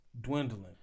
dwindling